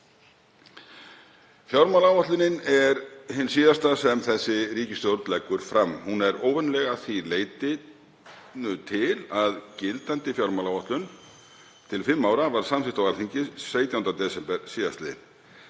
Fjármálaáætlunin er hin síðasta sem þessi ríkisstjórn leggur fram. Hún er óvenjuleg að því leyti til að gildandi fjármálaáætlun til fimm ára var samþykkt á Alþingi 17. desember síðastliðinn.